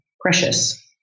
precious